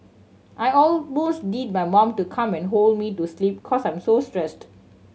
I almost need my mom to come and hold me to sleep cause I'm so stressed